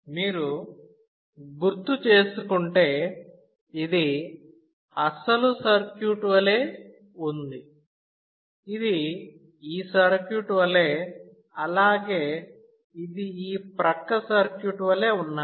మీరు గుర్తుచేసుకుంటే ఇది అసలు సర్క్యూట్ వలె ఉంది ఇది ఈ సర్క్యూట్ వలె అలాగే ఇది ఈ ప్రక్క సర్క్యూట్ వలె ఉన్నాయి